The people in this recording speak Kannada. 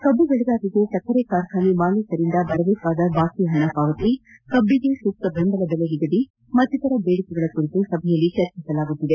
ಕಬ್ಬು ದೆಳೆಗಾರರಿಗೆ ಸಕ್ಕರೆ ಕಾರ್ಖಾನೆ ಮಾಲೀಕರಿಂದ ಬರದೇಕಾದ ಬಾಕಿ ಪಣ ಪಾವತಿ ಕಬ್ಬಿಗೆ ಸೂಕ್ತ ದೆಂಬಲ ದೆಲೆ ನಿಗದಿ ಮತ್ತಿತರ ದೇಡಿಕೆಗಳ ಕುರಿತು ಸಭೆಯಲ್ಲಿ ಚರ್ಚಿಸಲಾಗುತ್ತಿದೆ